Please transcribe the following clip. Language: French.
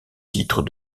titres